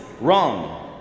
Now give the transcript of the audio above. Wrong